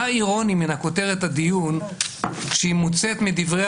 מה אירוני מכותרת הדיון כשהיא מוצאת מדברי